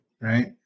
right